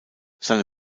seine